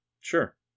Sure